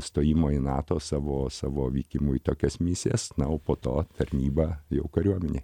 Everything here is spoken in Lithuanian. stojimo į nato savo savo vykimu į tokias misijas na o po to tarnyba jau kariuomenėj